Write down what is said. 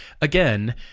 again